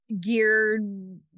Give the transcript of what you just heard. geared